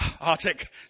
Arctic